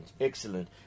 Excellent